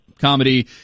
comedy